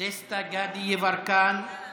דסטה גדי יברקן,